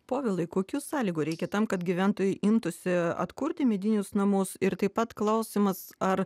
povilai kokių sąlygų reikia tam kad gyventojai imtųsi atkurti medinius namus ir taip pat klausimas ar